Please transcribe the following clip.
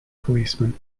policeman